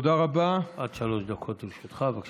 עד שלוש דקות לרשותך, בבקשה.